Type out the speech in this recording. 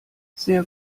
sehr